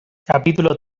capítulo